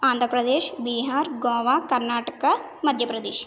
Andhra Pradesh Bihar Goa Karnataka Madhya Pradesh